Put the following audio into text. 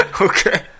Okay